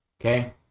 Okay